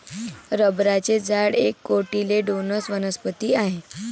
रबराचे झाड एक कोटिलेडोनस वनस्पती आहे